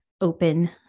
open